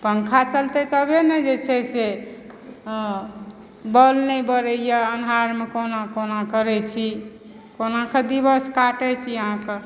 पंखा चलतय तबे न जे छै से बॉल नहि बरयए अन्हारमे कहुना कहुना करय छी कहुनाकऽ दिवस काटय छी अहाँकऽ